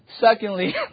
Secondly